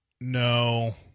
No